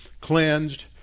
cleansed